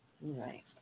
Right